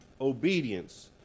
obedience